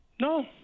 No